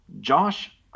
Josh